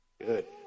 Good